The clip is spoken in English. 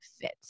fit